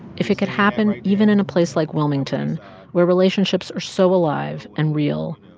if it could happen even in a place like wilmington where relationships are so alive and real,